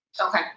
Okay